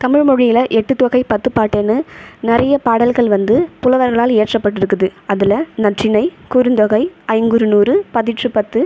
தமிழ் மொழியில எட்டுத்தொகை பத்துப்பாட்டுனு நிறைய பாடல்கள் வந்து புலவர்களால் இயற்றப்பட்டுருக்குது அதில் நற்றிணை குறுந்தொகை ஐங்குறுநூறு பதிற்றுப்பத்து